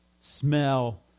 smell